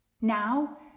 Now